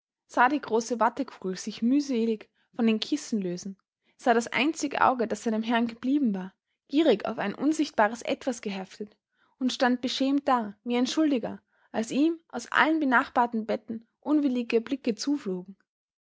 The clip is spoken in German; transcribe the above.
die große wattekugel sich mühselig von den kissen lösen sah das einzige auge das seinem herrn geblieben war gierig auf ein unsichtbares etwas geheftet und stand beschämt da wie ein schuldiger als ihm aus allen benachbarten betten unwillige blicke zuflogen